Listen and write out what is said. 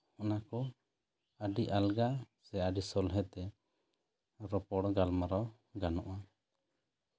ᱚᱱᱟ ᱠᱚ ᱟᱹᱰᱤ ᱟᱞᱜᱟ ᱛᱮ ᱟᱹᱰᱤ ᱥᱚᱞᱦᱮ ᱛᱮ ᱨᱚᱯᱚᱲ ᱜᱟᱞᱢᱟᱨᱟᱣ ᱜᱟᱱᱚᱜᱼᱟ